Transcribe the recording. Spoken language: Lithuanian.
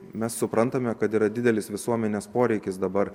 mes suprantame kad yra didelis visuomenės poreikis dabar